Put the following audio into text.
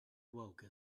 awoke